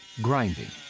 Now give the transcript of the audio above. grinding,